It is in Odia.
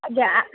ଆଜ୍ଞା